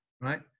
right